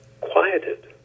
quieted